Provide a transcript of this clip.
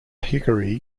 hickory